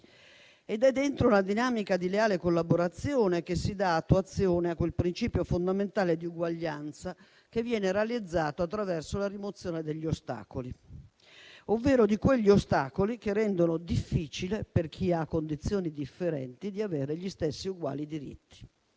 Ed è dentro una dinamica di leale collaborazione che si dà attuazione a quel principio fondamentale di uguaglianza che viene realizzato attraverso la rimozione di quegli ostacoli che rendono difficile, per chi ha condizioni differenti, di avere gli stessi uguali diritti.